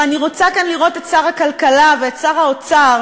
ואני רוצה לראות כאן את שר הכלכלה ואת שר האוצר